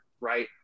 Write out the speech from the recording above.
Right